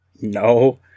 No